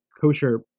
kosher